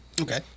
Okay